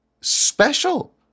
special